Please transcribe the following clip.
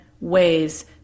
ways